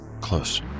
Close